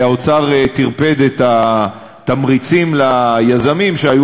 האוצר טרפד את התמריצים ליזמים שהיו